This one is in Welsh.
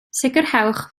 sicrhewch